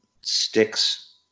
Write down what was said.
sticks